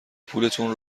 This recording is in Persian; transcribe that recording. پولتون